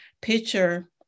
picture